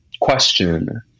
question